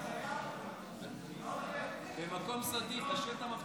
אנחנו נעבור לנושא הבא